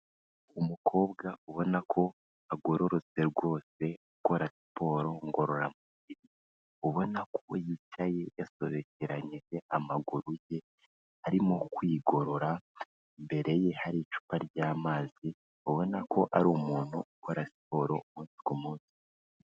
Umukobwa ubona ko agororotse rwose ukora siporo ngororamubiri, ubona ko yicaye yasobekeranyije amaguru ye arimo kwigorora, imbere ye hari icupa ry'amazi, ubona ko ari umuntu ukora siporo umunsi ku munsi.